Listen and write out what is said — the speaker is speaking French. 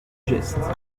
geste